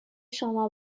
شما